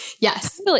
yes